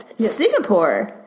Singapore